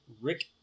Rick